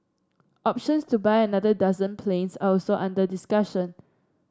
options to buy another dozen planes are also under discussion